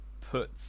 put